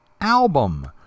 album